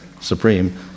supreme